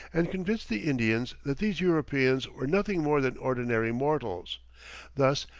and convinced the indians that these europeans were nothing more than ordinary mortals thus,